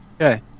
Okay